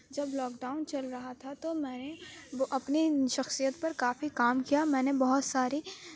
جب lockdown چل رہا تھا تو میں نے وہ اپنی ان شخصیت پر کافی کام کیا میں نے بہت ساری